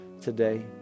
today